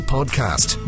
Podcast